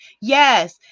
Yes